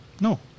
no